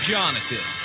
Jonathan